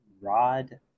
rod